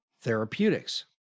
therapeutics